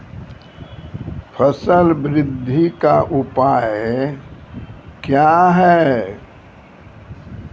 फसल बृद्धि का उपाय क्या हैं?